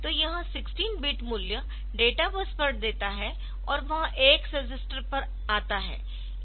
तो यह 16 बिट मूल्य डेटा बस पर देता है और वह AX रजिस्टर पर आता है